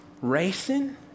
Racing